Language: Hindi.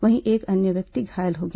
वहीं एक अन्य व्यक्ति घायल हो गया